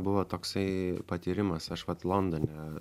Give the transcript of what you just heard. buvo toksai patyrimas aš vat londone